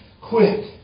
quit